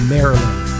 Maryland